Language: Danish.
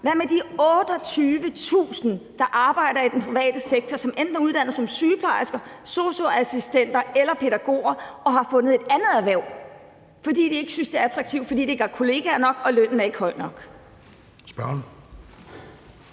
Hvad med de 28.000, der arbejder i den private sektor, som er uddannet som enten sygeplejersker, sosu-assistenter eller pædagoger og har fundet et andet erhverv, fordi de ikke synes, det er attraktivt, fordi de ikke har kollegaer nok og lønnen ikke er høj nok?